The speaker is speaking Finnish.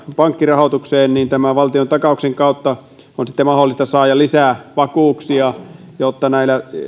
pankkirahoitukseen ja tämän valtiontakauksen kautta on sitten mahdollista saada lisää vakuuksia jotta näillä